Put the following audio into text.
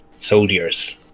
Soldiers